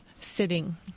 sitting